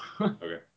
Okay